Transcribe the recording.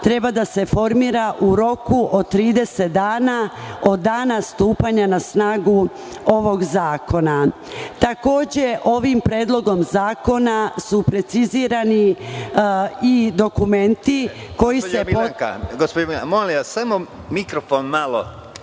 treba da se formira u roku od 30 dana od dana stupanja na snagu ovog zakona. Takođe, ovim predlogom zakona su precizirani i dokumenti…(Predsedavajući: Gospođo Milanka, molim vas samo mikrofon malo